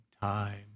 time